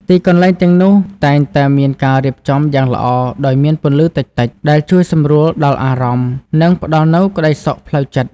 ទីកន្លែងទាំងនោះតែងតែមានការរៀបចំយ៉ាងល្អដោយមានពន្លឺតិចៗ ដែលជួយសម្រួលដល់អារម្មណ៍ និងផ្តល់នូវក្ដីសុខផ្លូវចិត្ត។